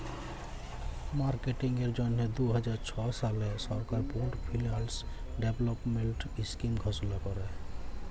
মার্কেটিংয়ের জ্যনহে দু হাজার ছ সালে সরকার পুল্ড ফিল্যাল্স ডেভেলপমেল্ট ইস্কিম ঘষলা ক্যরে